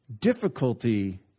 difficulty